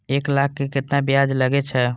एक लाख के केतना ब्याज लगे छै?